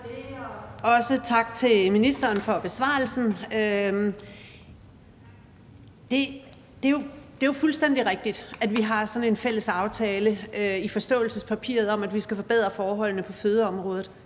også tak til ministeren for besvarelsen. Det er jo fuldstændig rigtigt, at vi har sådan en fælles aftale i forståelsespapiret om, at vi skal forbedre forholdene på fødeområdet.